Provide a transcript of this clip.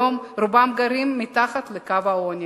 היום רובם חיים מתחת לקו העוני,